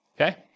okay